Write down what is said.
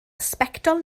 sbectol